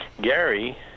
Gary